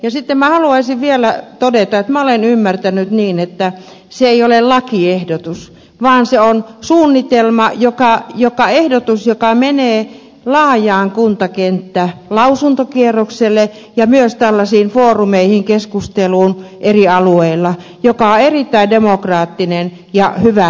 ja sitten minä haluaisin vielä todeta että minä olen ymmärtänyt niin että se ei ole lakiehdotus vaan se on suunnitelma ehdotus joka menee laajalle kuntakenttälausuntokierrokselle ja myös tällaisiin foorumeihin keskusteluun eri alueilla mikä on erittäin demokraattinen ja hyvä menettelytapa